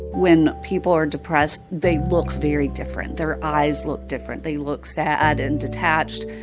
when people are depressed, they look very different. their eyes look different. they look sad and detached.